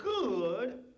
good